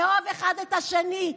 לאהוב אחד את השני,